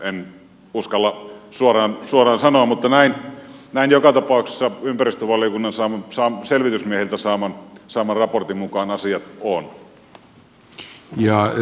en uskalla suoraan sanoa mutta näin joka tapauksessa ympäristövaliokunnan selvitysmiehiltä saaman raportin mukaan asiat ovat